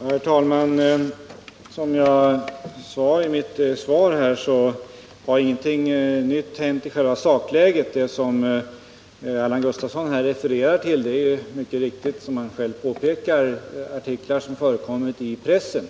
Herr talman! Som jag sade i mitt svar har ingenting nytt hänt i själva sakfrågan. Det som Allan Gustafsson här refererar till är mycket riktigt, som han själv påpekar, artiklar som har förekommit i pressen.